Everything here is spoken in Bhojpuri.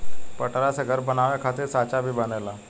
पटरा से घर बनावे खातिर सांचा भी बनेला